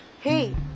Hey